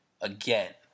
again